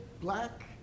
black